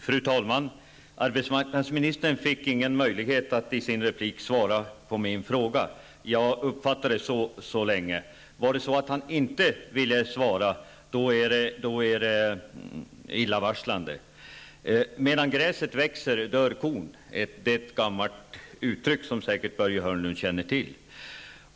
Fru talman! Arbetsmarknadsministern fick ingen möjlighet att svara på min fråga i sin replik. Jag uppfattar det så tills vidare. Om han däremot inte vill svara, är det illavarslande. Medan gräset växer dör kon, är ett gammalt uttryck som Börje Hörnlund säkert känner till.